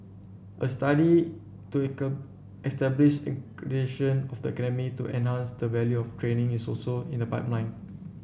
a study to establish of the academy to enhance the value of training is also in the pipeline